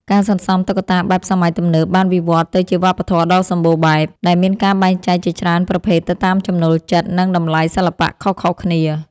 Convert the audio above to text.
ការសន្សំតុក្កតាបែបសម័យទំនើបបានវិវត្តន៍ទៅជាវប្បធម៌ដ៏សម្បូរបែប ដែលមានការបែងចែកជាច្រើនប្រភេទទៅតាមចំណូលចិត្ត និងតម្លៃសិល្បៈខុសៗគ្នា។